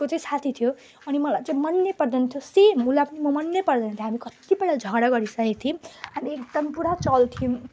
को चाहिँ साथी थियो अनि मलाई चाहिँ मन नै पर्दैन थियो सेम उसलाई पनि म मनै पर्दैन थियो हामी कत्तिपल्ट झगडा गरिसकेको थियौँ हामी एकदम पुरा चल्थ्यौँ